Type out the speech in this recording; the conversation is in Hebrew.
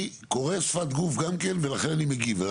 אני קורא שפת גוף גם ולכן אני מגיב,